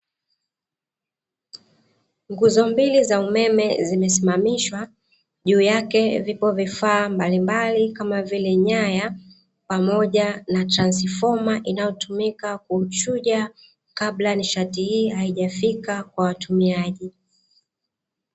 Nguzo mbili za umeme zimesimamishwa juu yake vipo vifaa mbalimbali kama vile; nyaya pamoja na “transifoma”, inayotumika kuchuja kabla nishati hii haijafika kwa watumiaji.